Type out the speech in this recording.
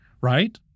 right